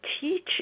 teach